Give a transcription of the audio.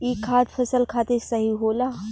ई खाद फसल खातिर सही होला